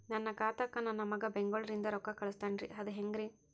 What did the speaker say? ನನ್ನ ಖಾತಾಕ್ಕ ನನ್ನ ಮಗಾ ಬೆಂಗಳೂರನಿಂದ ರೊಕ್ಕ ಕಳಸ್ತಾನ್ರಿ ಅದ ಹೆಂಗ್ರಿ?